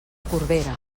corbera